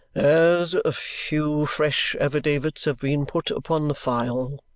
as a few fresh affidavits have been put upon the file,